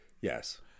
Yes